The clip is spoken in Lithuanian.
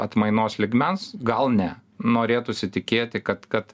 atmainos lygmens gal ne norėtųsi tikėti kad kad